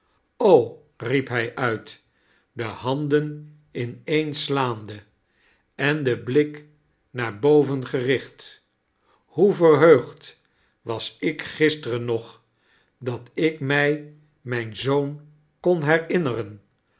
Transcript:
riep hij uit de handen ineenslaande en den blik naar boven gericht hoe verheugd was ik gisteren nog dat ik mij mijn i zoon kon